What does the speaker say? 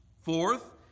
Fourth